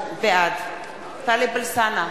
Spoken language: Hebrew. בעד טלב אלסאנע,